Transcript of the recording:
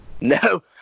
no